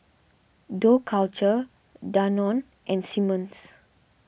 Dough Culture Danone and Simmons